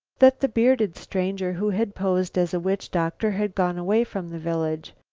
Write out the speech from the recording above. that the bearded stranger who had posed as a witch-doctor had gone away from the village.